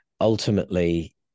ultimately